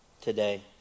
today